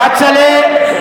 כצל'ה,